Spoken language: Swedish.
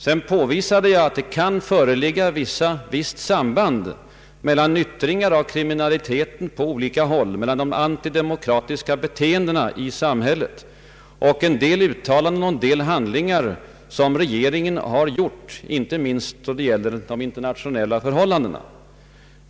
Sedan påvisade jag att det kan föreligga visst samband mellan yttringar av kriminaliteten på olika håll, mellan de antidemokratiska beteendena i samhället, och en del uttalanden och handlingar från regeringen inte minst då det gäller de internationella förhållandena.